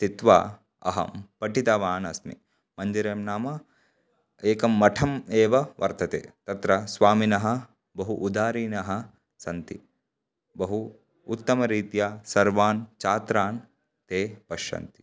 स्थित्वा अहं पठितवान् अस्मि मन्दिरं नाम एकं मठम् एव वर्तते तत्र स्वामिनः बहु उदारीणः सन्ति बहु उत्तमरीत्या सर्वान् छात्रान् ते पश्यन्ति